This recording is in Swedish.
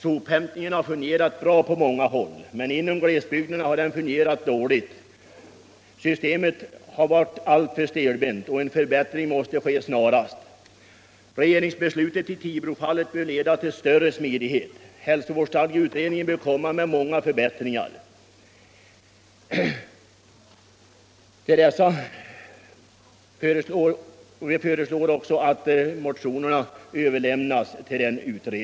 Sophämtningen har fungerat bra på många håll. Men inom glesbygderna har systemet fungerat dåligt. Det har varit alltför stelbent. Regeringsbeslutet i Tibrofallet bör leda till större smidighet. Hälsovårdsnämnderna är det samhällsorgan som arbetar ytterst i ledet.